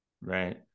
right